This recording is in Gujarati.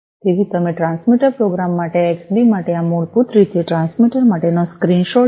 તેથી તેમાં ટ્રાન્સમીટર પ્રોગ્રામ માટે એક્સબી માટે આ મૂળભૂત રીતે ટ્રાન્સમીટર માટેનો સ્ક્રીનશોટ છે